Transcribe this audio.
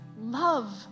love